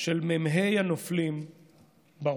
של מ"ה הנופלים ברוך.